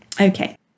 Okay